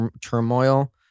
turmoil